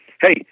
hey